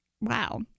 Wow